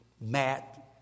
Matt